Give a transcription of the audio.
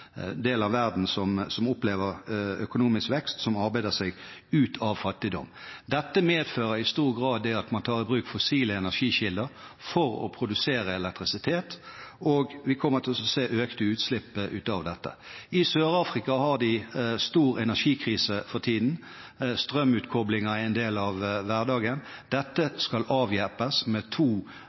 av verden som opplever økonomisk vekst, som arbeider seg ut av fattigdom. Dette medfører i stor grad at man tar i bruk fossile energikilder for å produsere elektrisitet, og vi kommer til å se økte utslipp på grunn av dette. I Sør-Afrika har de en stor energikrise for tiden. Strømutkobling er en del av hverdagen. Dette skal avhjelpes med to